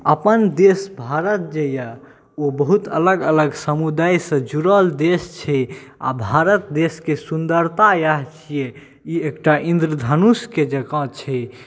अपन देश भारत जे अइ ओ बहुत अलग अलग समुदाइसँ जुड़ल देश छै आओर भारत देशके सुन्दरता इएह छिए ई एकटा इन्द्रधनुषके जकाँ छै